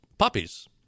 puppies